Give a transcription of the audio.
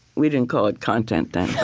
we didn't call it content then.